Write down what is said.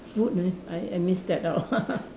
food eh I I missed that out